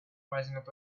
rising